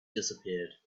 disappeared